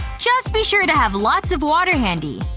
just be sure to have lots of water handy,